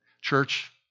Church